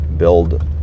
Build